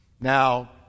Now